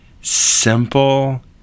simple